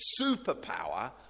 superpower